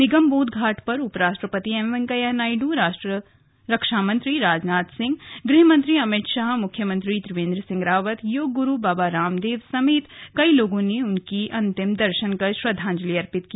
निगमबोध घाट पर उपराष्ट्रपति एम वेंकैया नायड रक्षा मंत्री राजनाथ सिंह गृहमंत्री अमित शाह मुख्यमंत्री त्रिवेंद्र सिंह रावत योग गुरु स्वामी रामदेव समेत कई लोगों ने उनके अंतिम दर्शन कर श्रद्धांजलि दी